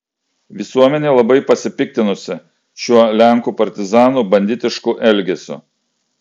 visuomenė labai pasipiktinusi šiuo lenkų partizanų banditišku elgesiu